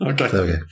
Okay